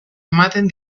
ematen